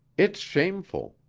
it's shameful,